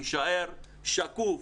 יישאר שקוף,